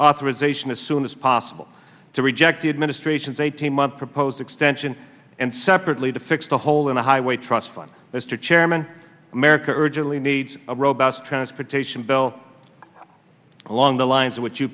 authorization as soon as possible to reject the administration's eighteen month proposed extension and separately to fix the hole in the highway trust fund mr chairman america urgently needs a robust transportation bill along the lines of what you